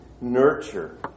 nurture